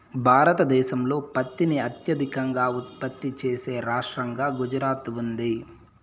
భారతదేశంలో పత్తిని అత్యధికంగా ఉత్పత్తి చేసే రాష్టంగా గుజరాత్ ఉంది